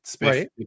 Right